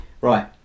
right